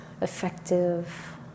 effective